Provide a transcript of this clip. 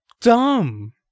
dumb